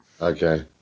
Okay